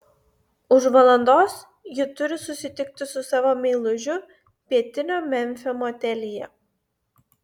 už valandos ji turi susitikti su savo meilužiu pietinio memfio motelyje